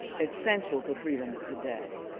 essential to freedom today.